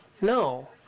No